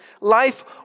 life